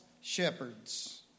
shepherds